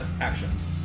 actions